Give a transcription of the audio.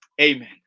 Amen